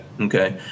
Okay